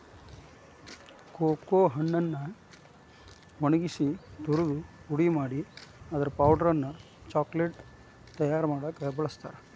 cocoa ಹಣ್ಣನ್ನ ಒಣಗಿಸಿ ತುರದು ಪುಡಿ ಮಾಡಿ ಅದರ ಪೌಡರ್ ಅನ್ನ ಚಾಕೊಲೇಟ್ ತಯಾರ್ ಮಾಡಾಕ ಬಳಸ್ತಾರ